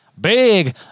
big